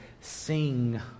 sing